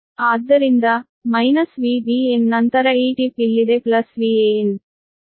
ಆದ್ದರಿಂದ minus Vbn ನಂತರ ಈ ಟಿಪ್ ಇಲ್ಲಿದೆ ಪ್ಲಸ್ Van